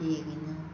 ठीक इ'यां